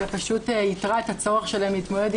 אלא פשוט ייתרה את הצורך שלהן להתמודד עם